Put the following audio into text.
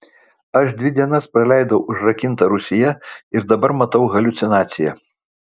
aš dvi dienas praleidau užrakinta rūsyje ir dabar matau haliucinaciją